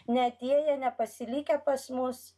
neatėję nepasilikę pas mus